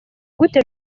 gute